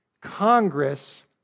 Congress